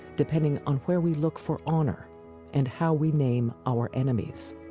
depending on where we look for honor and how we name our enemies.